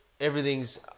everything's